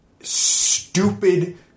stupid